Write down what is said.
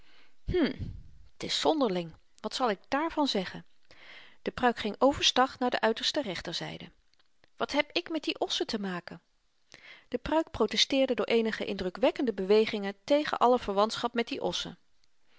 t is zonderling wat zal ik daarvan zeggen de pruik ging over stag naar de uiterste rechterzyde wat heb ik met die ossen te maken de pruik protesteerde door eenige indrukwekkende bewegingen tegen alle verwantschap met die ossen